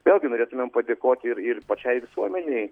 vėlgi norėtumėm padėkoti ir ir pačiai visuomenei